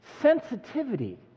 sensitivity